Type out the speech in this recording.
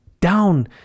down